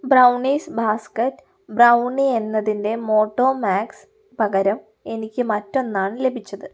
brownies basket brownie എന്നതിന്റെ മൊട്ടോമാക്സ് പകരം എനിക്ക് മറ്റൊന്നാണ് ലഭിച്ചത്